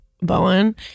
Bowen